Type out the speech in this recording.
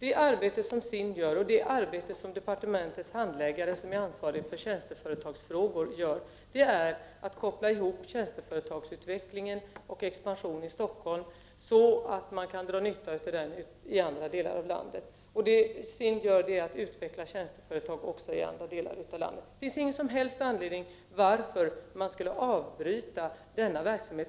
Det arbete som SIND gör och det arbete som departementets handläggare, som ansvariga för tjänsteföretagsfrågor, gör är att koppla ihop tjänsteföretagsutvecklingen och expansionen i Stockholm så att man kan dra nytta av dem i andra delar av landet. Det SIND gör är att utveckla tjänsteföretag också i andra delar av landet. Det finns ingen som helst anledning att avbryta denna verksamhet.